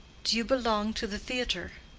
do you belong to the theatre?